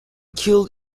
killed